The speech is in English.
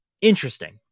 interesting